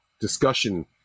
discussion